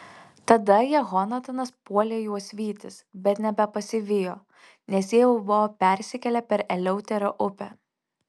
tada jehonatanas puolė juos vytis bet nebepasivijo nes jie jau buvo persikėlę per eleutero upę